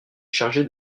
chargé